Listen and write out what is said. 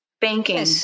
Banking